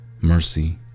mercy